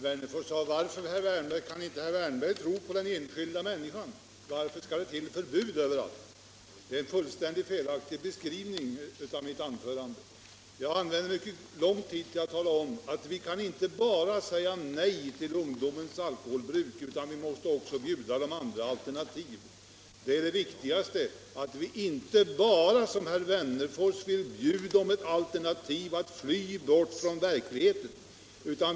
Herr talman! Herr Wennerfors sade: Varför kan inte herr Wärnberg tro på den enskilda människan? Varför skall det till förbud överallt? Det är en fullständigt felaktig beskrivning av mitt anförande. Jag använde mycket lång tid för att tala om att vi inte bara kan säga nej till ungdomens alkoholbruk utan också måste bjuda den andra alternativ. Det viktigaste är att vi inte bara, som herr Wennerfors vill, erbjuder dem alternativet att fly bort från verkligheten.